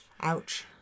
Ouch